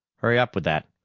hurry up with that.